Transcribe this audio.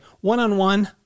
one-on-one